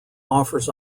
offers